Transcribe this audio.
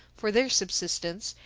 for their subsistence,